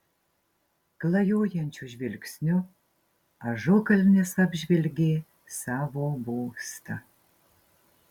klajojančiu žvilgsniu ažukalnis apžvelgė savo būstą